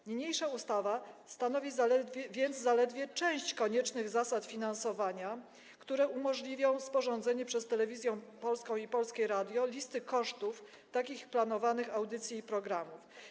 W niniejszej ustawie ustanawia się więc zaledwie cześć koniecznych zasad finansowania, które umożliwią sporządzenie przez Telewizję Polską i Polskie Radio listy kosztów takich planowanych audycji i programów.